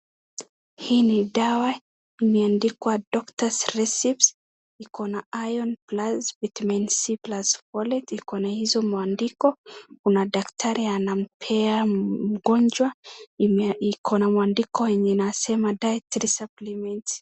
Hii ni dawa imeandikwa Doctors' Receipts . Iko na Iron Plus Vitamin C Plus Folate . Iko na hizo maandiko. Kuna daktari anampa mgonjwa. Iko na maandiko yenye inasema Dietary Supplements .